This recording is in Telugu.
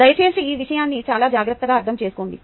దయచేసి ఈ విషయాన్ని చాలా జాగ్రత్తగా అర్థం చేసుకోండి